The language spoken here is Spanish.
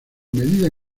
medida